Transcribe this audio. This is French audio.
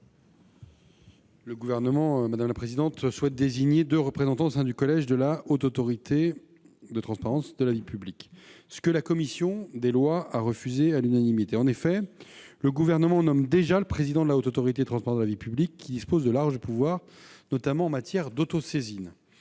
Le Gouvernement souhaite désigner deux représentants au sein du collège de la Haute Autorité pour la transparence de la vie publique, ce que la commission a refusé à l'unanimité. En effet, le Gouvernement nomme déjà le président de la HATVP, qui dispose de larges pouvoirs, notamment en matière d'autosaisine.